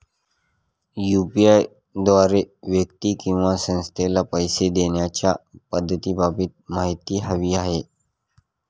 UPI द्वारे व्यक्ती किंवा संस्थेला पैसे देण्याच्या पद्धतींबाबत माहिती हवी आहे